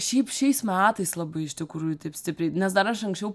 šiaip šiais metais labai iš tikrųjų taip stipriai nes dar aš anksčiau